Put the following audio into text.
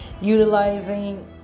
utilizing